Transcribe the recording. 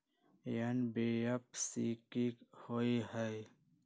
NBFC कि होअ हई?